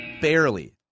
Barely